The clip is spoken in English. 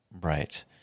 Right